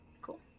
Cool